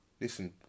listen